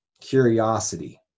curiosity